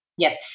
Yes